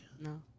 No